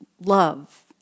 love